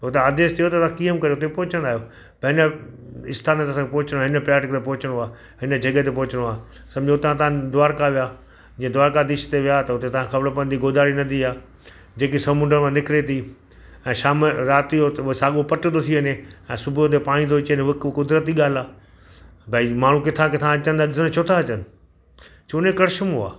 हुतां आदेश थियो त तव्हां कीअं बि करे हुते पहुचंदा आहियो पंहिंजा आस्थान त असां पहुचण हिन पर्यटक ते पहुचणो आहे हिन जॻह ते पहुचणो आहे समुझो त तव्हां द्वारका विया जीअं द्वारकाधीश ते विया त हुते तव्हांखे ख़बर पवंदी गोदावरी नदी आहे जे की समुंड मां निकिरे थी ऐं शाम जो राति जो साॻो पटु थो थी वञे ऐं सुबुह जो हुते पाणी थो अची वञे उहा बि क़ुदिरती ॻाल्हि आहे भई माण्हू किथां किथां अचनि था छो था अचनि छो कि हिकु करिश्मो आहे